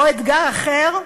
או אתגר אחר: